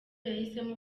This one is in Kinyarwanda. yahisemo